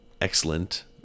excellent